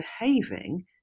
behaving